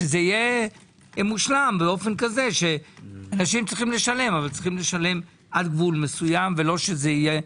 שזה יהיה מושלם כך שאנשים צריכים לשלם אך לשלם עד גבול מסוים ולא כך.